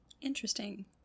Interesting